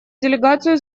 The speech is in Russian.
делегацию